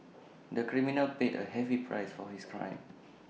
the criminal paid A heavy price for his crime